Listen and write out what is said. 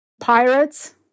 Pirates